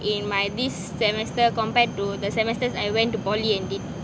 in my this semester compared to the semester's I went to poly and did